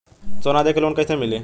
सोना दे के लोन कैसे मिली?